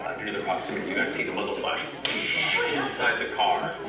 um due to the proximity you guys see the muzzle flash inside the car,